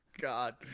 god